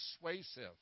persuasive